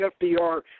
FDR